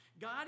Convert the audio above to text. God